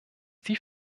die